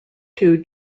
two